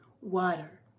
water